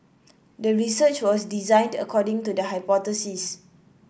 the research was designed according to the hypothesis